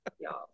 y'all